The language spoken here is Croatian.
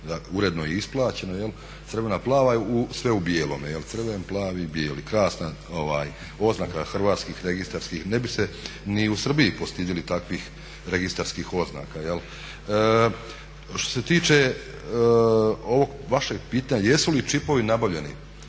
uredno je isplaćeno jel', crvena plava sve u bijelome jel', crven, plavi, bijeli krasna oznaka hrvatskih registarskih. Ne bi se ni u Srbiji postidjeli takvih registarskih oznaka jel'. Što se tiče ovog vašeg pitanja jesu li čipovi nabavljeni,